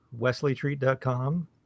wesleytreat.com